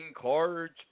cards